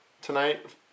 tonight